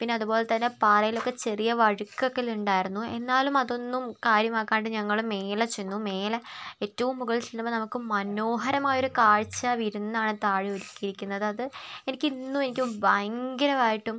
പിന്നെ അതുപോലെത്തന്നെ പാറയിലൊക്കെ ചെറിയ വഴുക്കൽ ഉണ്ടായിരുന്നു എന്നാലും അതൊന്നും കാര്യമാക്കാണ്ട് ഞങ്ങള് മേലെ ചെന്നു മേലെ ഏറ്റവും മുകളിൽ ചെല്ലുമ്പോൾ നമുക്ക് മനോഹരമായ ഒരു കാഴ്ച വിരുന്നാണ് താഴെ ഒരുക്കിയിരിക്കുന്നത് അത് എനിക്ക് ഇന്നും എനിക്ക് ഭയങ്കരമായിട്ടും